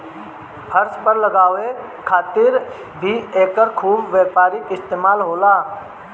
फर्श पर लगावे खातिर भी एकर खूब व्यापारिक इस्तेमाल होला